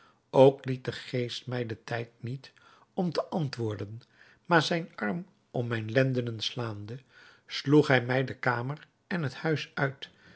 ook liet de geest mij den tijd niet om te antwoorden maar zijn arm om mijne lendenen slaande droeg hij mij de kamer en het huis uit